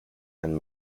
and